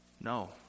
No